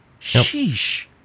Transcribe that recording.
Sheesh